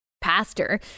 pastor